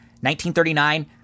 1939